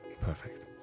Perfect